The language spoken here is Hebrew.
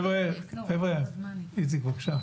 איציק, בבקשה.